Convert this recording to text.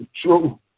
True